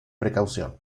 precaución